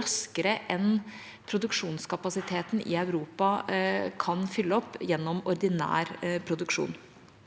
raskere enn produksjonskapasiteten i Europa kan fylle opp gjennom ordinær produksjon.